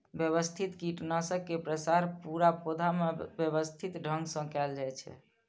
व्यवस्थित कीटनाशक के प्रसार पूरा पौधा मे व्यवस्थित ढंग सं कैल जाइ छै